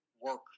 work